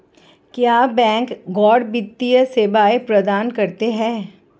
क्या बैंक गैर वित्तीय सेवाएं प्रदान करते हैं?